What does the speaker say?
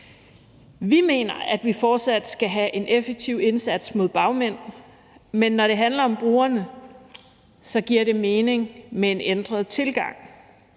Vi mener, at vi fortsat skal have en effektiv indsats mod bagmænd, men når det handler om brugerne, giver det mening med en ændret tilgang.